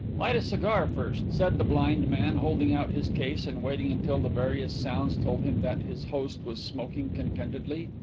light a cigar first, said the blind man, holding out his case and waiting until the various sounds told him that his host was smoking contentedly.